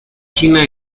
china